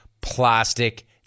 plastic